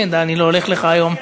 דני, לא הולך לך היום.